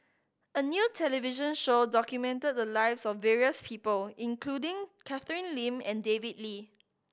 a new television show documented the lives of various people including Catherine Lim and David Lee